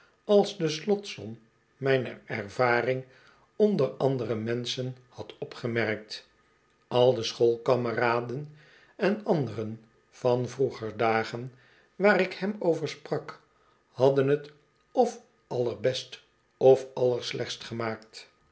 als de slotsom mijner ervaring onder andere menschen had opgemerkt al de schoolkameraden en anderen van vroeger dagen waar ik hem over sprak hadden t of allerbest of allerslechtst gemaakt